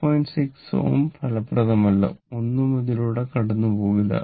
6 Ω ഫലപ്രദമല്ല ഒന്നും ഇതിലൂടെ കടന്നുപോകില്ല